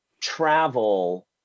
Travel